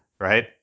right